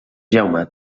jaume